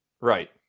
Right